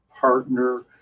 partner